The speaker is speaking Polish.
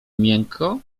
miękko